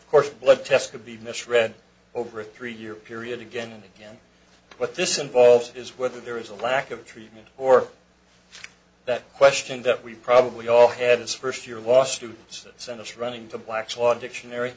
of course blood test could be misread over a three year period again and again but this involves is whether there is a lack of treatment or that question that we probably all had this first year law students that senator running to black's law dictionary